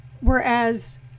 whereas